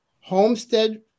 homestead